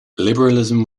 liberalism